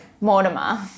Mortimer